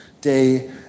day